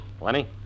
Lenny